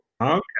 Okay